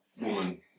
woman